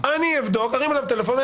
אני אבדוק וארים אליו טלפון,